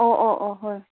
ꯑꯣ ꯑꯣ ꯑꯣ ꯍꯣꯏ